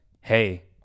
Hey